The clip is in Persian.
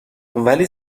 ولی